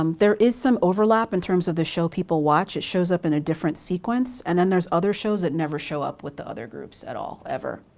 um there is some overlap in terms of the show people watch. it shows up in a different sequence and then there's other shows that never show up with the other groups at all, ever.